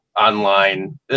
online